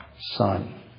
son